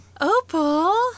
Opal